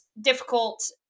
difficult